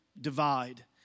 divide